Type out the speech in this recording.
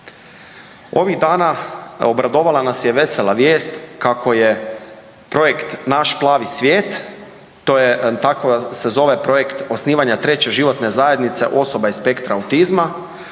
Ovih dana obradovala nas je vesela vijest kako je projekt Naš plani svijet, tako se zove projekt osnivanja 3 životne zajednice osoba iz spektra autizma,